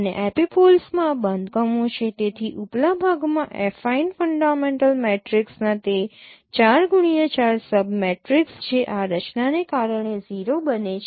અને એપિપોલ્સમાં આ બાંધકામો છે તેથી ઉપલા ભાગમાં એફાઈન ફંડામેન્ટલ મેટ્રિક્સના તે 4x4 સબ મેટ્રિક્સ જે આ રચનાને કારણે 0 બને છે